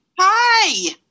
Hi